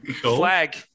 Flag